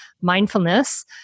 mindfulness